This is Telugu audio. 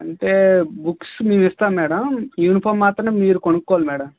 అంటే బుక్స్ మేము ఇస్తాం మేడం యూనిఫామ్ మాత్రం మీరు కొనుక్కోవాలి మేడం